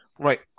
Right